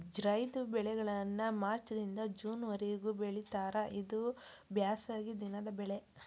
ಝೈದ್ ಬೆಳೆಗಳನ್ನಾ ಮಾರ್ಚ್ ದಿಂದ ಜೂನ್ ವರಿಗೂ ಬೆಳಿತಾರ ಇದು ಬ್ಯಾಸಗಿ ದಿನದ ಬೆಳೆ